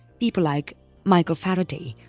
people like michael faraday,